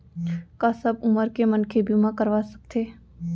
का सब उमर के मनखे बीमा करवा सकथे?